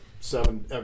seven